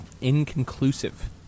Inconclusive